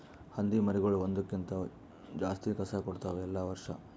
ಹಂದಿ ಮರಿಗೊಳ್ ಒಂದುರ್ ಕ್ಕಿಂತ ಜಾಸ್ತಿ ಕಸ ಕೊಡ್ತಾವ್ ಎಲ್ಲಾ ವರ್ಷ